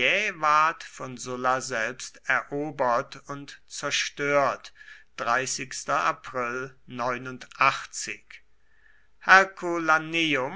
von sulla selbst erobert und zerstört